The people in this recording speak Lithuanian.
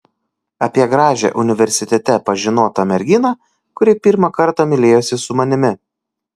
apie gražią universitete pažinotą merginą kuri pirmą kartą mylėjosi su manimi